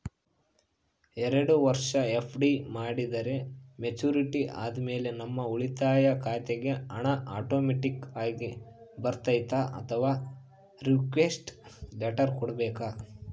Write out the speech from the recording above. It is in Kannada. ಎರಡು ವರುಷ ಎಫ್.ಡಿ ಮಾಡಿದರೆ ಮೆಚ್ಯೂರಿಟಿ ಆದಮೇಲೆ ನಮ್ಮ ಉಳಿತಾಯ ಖಾತೆಗೆ ಹಣ ಆಟೋಮ್ಯಾಟಿಕ್ ಆಗಿ ಬರ್ತೈತಾ ಅಥವಾ ರಿಕ್ವೆಸ್ಟ್ ಲೆಟರ್ ಕೊಡಬೇಕಾ?